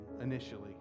initially